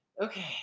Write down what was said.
Okay